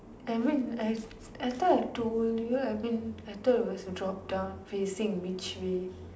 every I I thought I told you every I thought it was a drop down facing which way